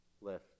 left